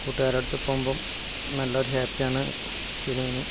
കൂട്ടുകാരോടൊത്ത് പോകുമ്പോൾ നല്ലൊരു ഹാപ്പിയാണ് ഫിലിമിന്